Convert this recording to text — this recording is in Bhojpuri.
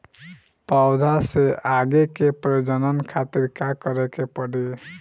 पौधा से आगे के प्रजनन खातिर का करे के पड़ी?